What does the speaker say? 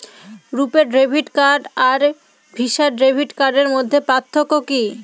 রূপে debit card আর Visa debit কার্ডের মধ্যে পার্থক্য কি?